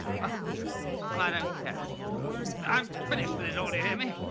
well well i don't care i'm finished with it all you hear me.